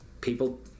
people